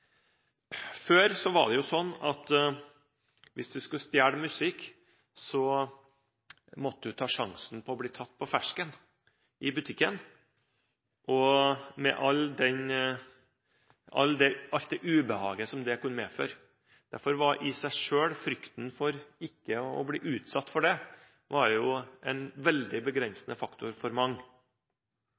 var det slik at hvis man skulle stjele musikk, måtte man ta den risikoen «å bli tatt på fersken» i butikken, med alt det ubehaget det kunne medføre. Derfor var frykten for å bli utsatt for dette i seg selv en veldig begrensende faktor for mange.